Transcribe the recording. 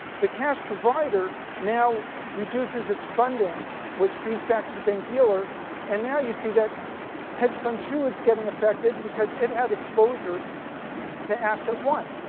the cash provider now reduces its funding which feeds back to the bank dealer and now you see that hedge fund two is getting affected because it had exposure to asset one.